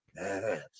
Yes